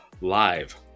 live